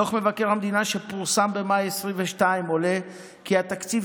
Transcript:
בדוח מבקר המדינה שפורסם במאי 2022 עולה כי התקציב